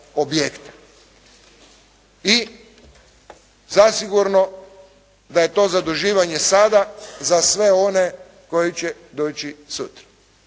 I zasigurno da je to zaduživanje sada za sve one koji će doći sutra.